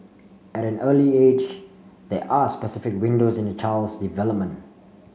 at an early age there are specific windows in a child's development